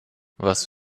was